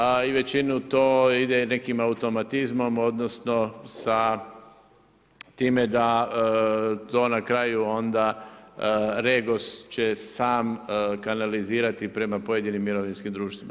A i većinu to ide nekim automatizmom, odnosno, sa time da to na kraju onda REGOS će sam kanalizirati prema pojedinim mirovinskim društvima.